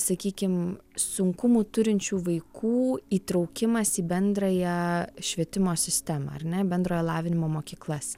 sakykim sunkumų turinčių vaikų įtraukimas į bendrąją švietimo sistemą ar ne bendrojo lavinimo mokyklas